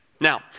Now